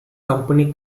company